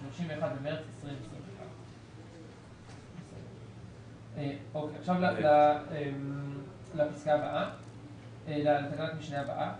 (31 במארס 2021). תקנת המשנה הבאה